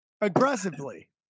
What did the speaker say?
aggressively